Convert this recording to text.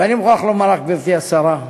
ואני מוכרח לומר לך, גברתי השרה,